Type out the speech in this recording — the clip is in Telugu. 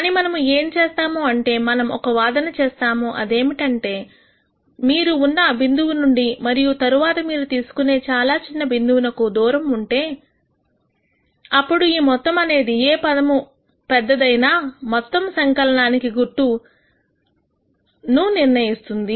కానీ మనము ఏం చేస్తాము అంటే మనం ఒక వాదన చేస్తాము అదేమిటంటే మీరు ఉన్న బిందువు నుండి మరియు తరువాత మీరు తీసుకునే చాలా చిన్న బిందువునకు దూరము తీసుకుంటే అప్పుడు ఈ మొత్తం అనేది ఏ పదము పెద్దదైనా మొత్తం సంకలనానికి గుర్తును నిర్ణయిస్తుంది